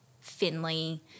Finley